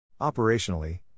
Operationally